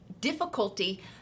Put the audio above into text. difficulty